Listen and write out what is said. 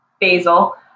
basil